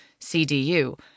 CDU